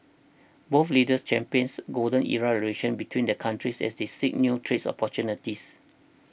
both leaders champions golden era relations between their countries as they seek new trade opportunities